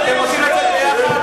אתם רוצים לצאת ביחד?